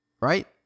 Right